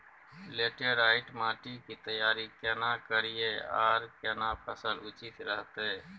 Laterite माटी की तैयारी केना करिए आर केना फसल उचित रहते?